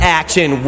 action